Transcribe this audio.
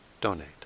donate